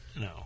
No